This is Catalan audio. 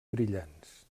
brillants